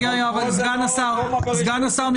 סגן השר,